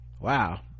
wow